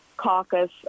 caucus